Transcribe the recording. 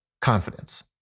confidence